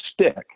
stick